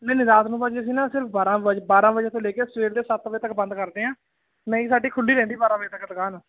ਨਹੀਂ ਨਹੀਂ ਰਾਤ ਨੂੰ ਭਾਅ ਜੀ ਅਸੀਂ ਨਾ ਸਿਰਫ ਬਾਰਾਂ ਵਜੇ ਤੋਂ ਲੈ ਕੇ ਸਵੇਰ ਦੇ ਸੱਤ ਵਜੇ ਤੱਕ ਬੰਦ ਕਰਦੇ ਆਂ ਨਹੀਂ ਸਾਡੀ ਖੁੱਲੀ ਰਹਿੰਦੀ ਬਾਰਾਂ ਵਜੇ ਤੱਕ ਦੁਕਾਨ